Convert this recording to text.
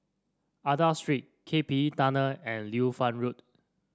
Aida Street K P E Tunnel and Liu Fang Road